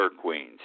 queens